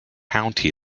county